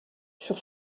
sur